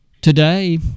Today